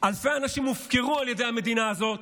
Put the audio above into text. אלפי אנשים הופקרו על ידי המדינה הזאת,